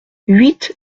huit